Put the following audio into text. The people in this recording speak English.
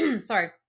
Sorry